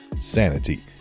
Sanity